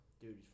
Dude